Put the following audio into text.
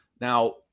Now